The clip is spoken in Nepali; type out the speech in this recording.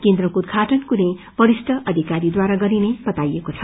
केन्द्रको उद्घटन कुनै वरिष्ठ अषिकरीबारा गरिने बताइएको छ